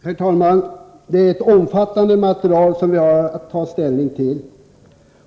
Herr talman! Det är ett omfattande material som vi har att ta ställning till.